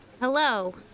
Hello